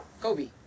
Kobe